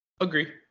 Agree